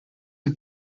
are